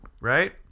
right